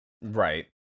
right